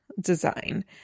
design